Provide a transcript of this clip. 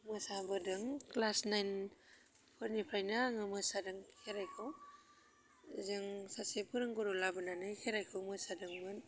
मोसाबोदों क्लास नाइनफोरनिफ्रायनो आङो मोसादों खेराइखौ जों सासे फोरोंगुरु लाबोनानै खेराइखौ मोसादोंमोन